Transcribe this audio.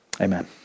Amen